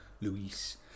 Luis